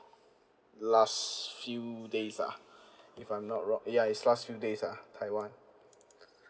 last few days ah if I'm not wrong ya it's last few days ah taiwan